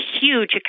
huge